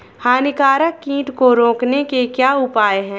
हानिकारक कीट को रोकने के क्या उपाय हैं?